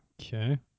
Okay